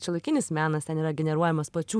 šiuolaikinis menas ten yra generuojamas pačių